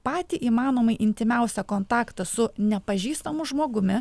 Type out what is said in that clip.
patį įmanomai intymiausią kontaktą su nepažįstamu žmogumi